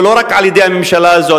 ולא רק על-ידי הממשלה הזאת,